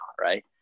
right